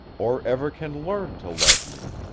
or ever can learn to love me.